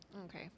okay